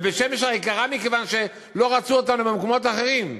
בבית-שמש היקרה מכיוון שלא רצו אותנו במקומות אחרים,